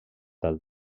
del